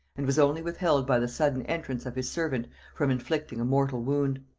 and was only withheld by the sudden entrance of his servant from inflicting a mortal wound.